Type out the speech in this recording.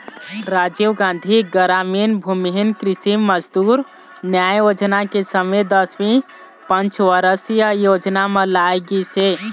राजीव गांधी गरामीन भूमिहीन कृषि मजदूर न्याय योजना के समे दसवीं पंचवरसीय योजना म लाए गिस हे